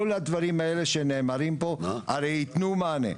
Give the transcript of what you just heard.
כל הדברים האלה שנאמרים פה, הרי יתנו מענה.